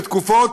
בתקופות